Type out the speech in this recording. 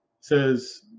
says